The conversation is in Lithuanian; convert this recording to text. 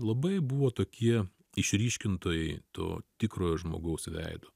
labai buvo tokie išryškintojai to tikrojo žmogaus veido